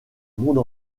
monde